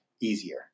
easier